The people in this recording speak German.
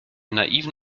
naiven